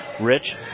Rich